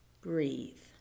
breathe